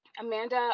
Amanda